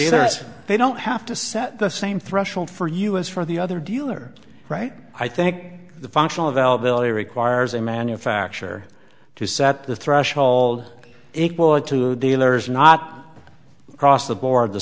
either so they don't have to set the same threshold for us for the other deal or right i think the functional availability requires a manufacturer to set the threshold equal to the dealer is not across the board the